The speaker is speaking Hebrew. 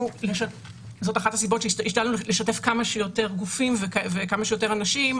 זאת אחת הסיבות שהשתדלנו לשתף כמה שיותר גופים וכמה שיותר אנשים,